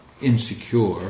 insecure